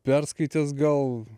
perskaitęs gal